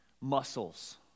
Muscles